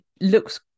looks